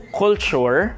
culture